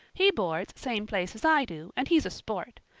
he boards same place as i do, and he's a sport.